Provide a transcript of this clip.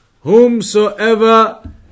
Whomsoever